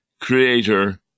Creator